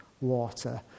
water